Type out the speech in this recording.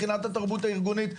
מבחינת התרבות הארגונית,